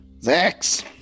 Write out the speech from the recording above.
Zex